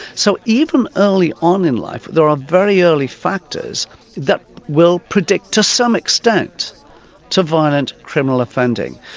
so even early on in life there are very early factors that will predict to some extent to violent criminal offending.